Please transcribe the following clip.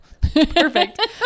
perfect